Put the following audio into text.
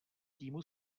týmu